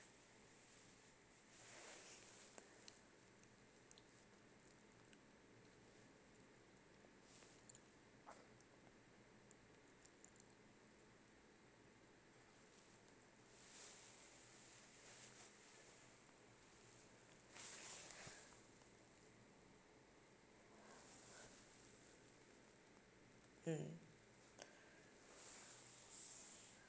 mm